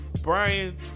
Brian